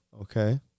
Okay